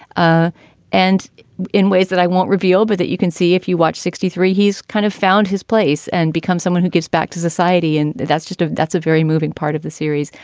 ah and in ways that i won't reveal, but that you can see if you watch sixty-three, he's kind of found his place and become someone who gives back to society. and that's just that's a very moving part of the series.